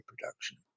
production